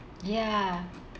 ya